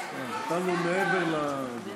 יוצא שיש להם זכות וטו, והם לא עושים כלום.